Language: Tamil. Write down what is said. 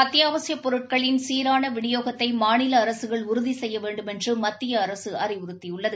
அத்தியாவசியப் பொருட்களின் சீரான விநியோகத்தை மாநில அரசுகள் உறுதி செய்ய வேண்டுமென்று மத்திய அரசு அறிவுறுத்தியுள்ளது